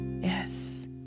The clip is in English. Yes